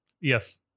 Yes